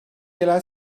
gelen